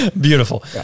beautiful